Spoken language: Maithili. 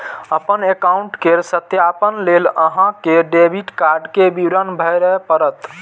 अपन एकाउंट केर सत्यापन लेल अहां कें डेबिट कार्ड के विवरण भरय पड़त